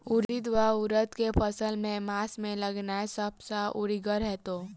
उड़ीद वा उड़द केँ फसल केँ मास मे लगेनाय सब सऽ उकीतगर हेतै?